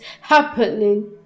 happening